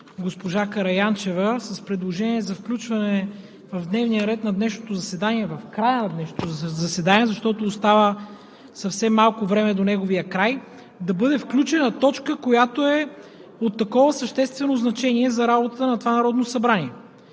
госпожа Караянчева, с предложение за включване в дневния ред на днешното заседание в края на заседанието, защото остава съвсем малко време до неговия край, да бъде включена точка, която е от такова съществено значение за работата на това Народно събрание.